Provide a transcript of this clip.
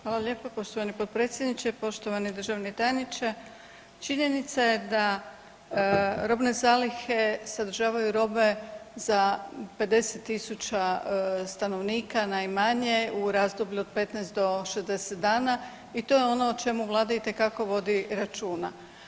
Hvala lijepo poštovani potpredsjedniče, poštovani državni tajniče, činjenica je da robne zalihe sadržavaju robe za 50 tisuća stanovnika najmanje u razdoblju od 15 do 60 dana i to je ono o čemu Vlada itekako vodi računa.